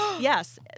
Yes